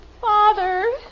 Father